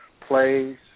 plays